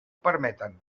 permeten